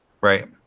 Right